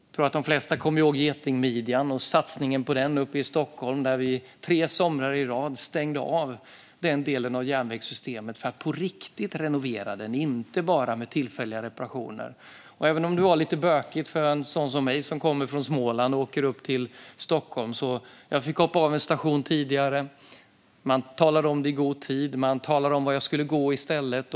Jag tror att de flesta kommer ihåg Getingmidjan och satsningen på den i Stockholm, där vi tre somrar i rad stängde av den delen av järnvägssystemet för att på riktigt renovera den och inte bara göra tillfälliga reparationer. Det var lite bökigt för en sådan som mig som kommer från Småland och åker upp till Stockholm. Jag fick hoppa av en station tidigare. Man talade om det i god tid, och man talade om vart jag skulle gå i stället.